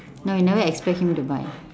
no you never expect him to buy